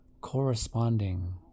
corresponding